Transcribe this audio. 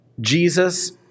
Jesus